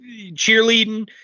cheerleading